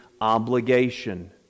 obligation